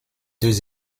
deux